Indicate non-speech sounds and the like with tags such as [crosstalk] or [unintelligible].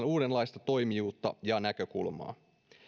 [unintelligible] uudenlaista toimijuutta ja näkökulmaa ratkaisuna